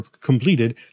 completed